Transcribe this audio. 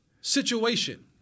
situation